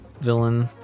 villain